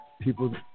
people